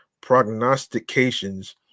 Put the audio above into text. prognostications